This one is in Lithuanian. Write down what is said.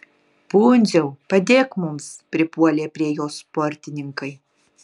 pundziau padėk mums pripuolė prie jo sportininkai